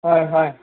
ꯍꯣꯏ ꯍꯣꯏ